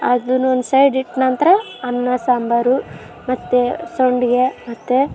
ಅದನ್ನೊಂದು ಸೈಡ್ ಇಟ್ಟ ನಂತರ ಅನ್ನ ಸಾಂಬಾರು ಮತ್ತು ಸಂಡ್ಗೆ ಮತ್ತು